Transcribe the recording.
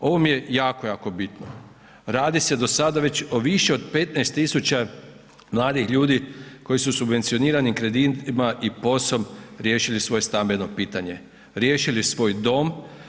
Ovo mi je jako, jako bitno, radi se do sada već o više od 15 tisuća mladih ljudi koji su subvencioniranim kreditima i POS-om riješili svoje stambeno pitanje, riješili svoj dom.